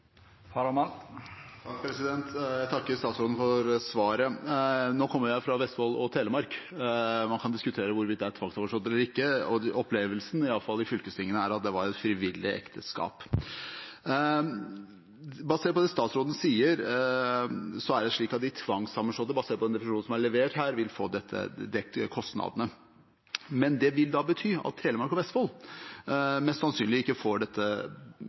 Jeg takker statsråden for svaret. Nå kommer jeg fra Vestfold og Telemark, og man kan diskutere hvorvidt det fylket er tvangssammenslått eller ikke. Opplevelsen, iallfall i fylkestingene, er at det var et frivillig ekteskap. Basert på det statsråden sier, er det slik at de tvangssammenslåtte – basert på den definisjonen som er levert her – vil få dekket kostnadene. Men det vil da bety at Vestfold og Telemark mest sannsynlig ikke får dette